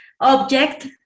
object